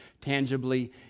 tangibly